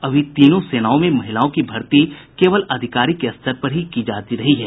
अभी तीनों सेनाओं में महिलाओं की भर्ती केवल अधिकारी के स्तर पर ही की जाती रही है